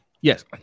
yes